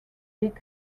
big